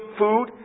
food